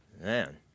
Man